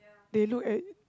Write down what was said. they look at